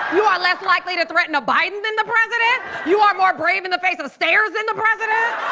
you are less likely to threaten a biden than the president. you are more brave in the face of stairs than the president.